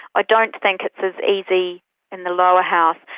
i don't think it's as easy in the lower house.